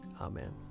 Amen